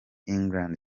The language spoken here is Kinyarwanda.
england